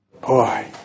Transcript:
Boy